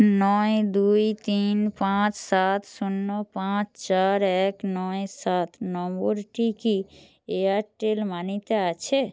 নয় দুই তিন পাঁচ সাত শূন্য পাঁচ চার এক নয় সাত নম্বরটি কি এয়ারটেল মানিতে আছে